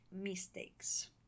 mistakes